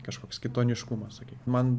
kažkoks kitoniškumas man